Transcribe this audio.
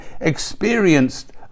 experienced